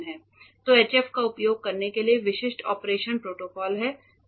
तो HF का उपयोग करने के लिए विशिष्ट ऑपरेशन प्रोटोकॉल हैं